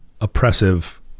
oppressive